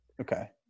Okay